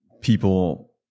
people